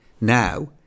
now